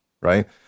right